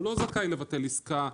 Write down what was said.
הוא לא זכאי לבטל עסקה,